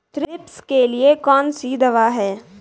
Thrips के लिए कौन सी दवा है?